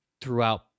throughout